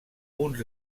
uns